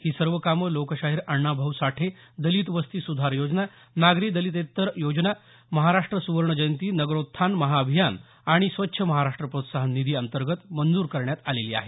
ही सर्व कामं लोकशाहीर अण्णाभाऊ साठे दलित वस्ती सुधार योजना नागरी दलितेत्तर योजना महाराष्ट्र सुवर्ण जयंती नगरोत्थान महाअभियान आणि स्वच्छ महाराष्ट्र प्रोत्साहन निधी अंतर्गत मंजूर करण्यात आलेली आहेत